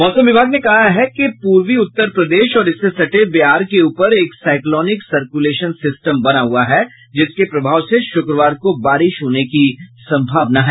मौसम विभाग ने कहा है कि पूर्वी उत्तर प्रदेश और इससे सटे बिहार के ऊपर एक साईक्लोनिक सर्कुलेशन बना हुआ है जिसके प्रभाव से शुक्रवार को बारिश होने की सम्भावना है